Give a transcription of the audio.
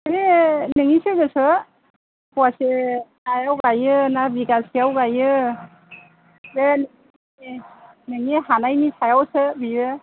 बेयो नोंनिसो गोसो फवासे हायाव गाइयोना बिगासे हायाव गाइयो बे नोंनि हानायनि सायावसो बियो